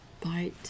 Bite